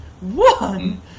One